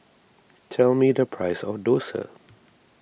tell me the price of Dosa